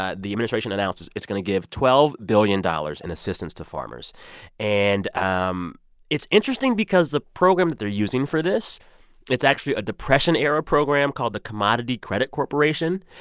ah the administration announces it's going to give twelve billion dollars in assistance to farmers and um it's interesting because the program that they're using for this it's actually a depression-era program called the commodity credit corporation.